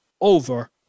over